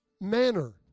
manner